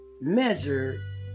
measure